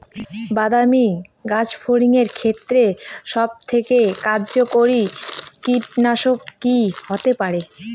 বাদামী গাছফড়িঙের ক্ষেত্রে সবথেকে কার্যকরী কীটনাশক কি হতে পারে?